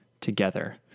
together